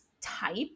type